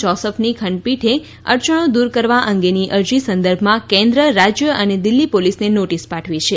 જોસફની ખંડપીઠે અડયણો દૂર કરવા અંગેની અરજી સંદર્ભમાં કેન્દ્ર રાજ્ય અને દિલ્હી પોલીસને નોટીસ પાઠવી છે